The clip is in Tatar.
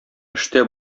эштә